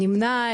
נמנע?